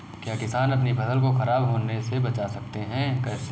क्या किसान अपनी फसल को खराब होने बचा सकते हैं कैसे?